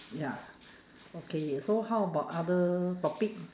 ya okay so how about other topic